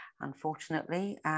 unfortunately